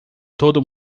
todo